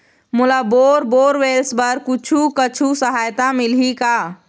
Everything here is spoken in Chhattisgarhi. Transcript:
मोला बोर बोरवेल्स बर कुछू कछु सहायता मिलही का?